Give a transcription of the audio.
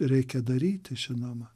reikia daryti žinoma